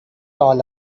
all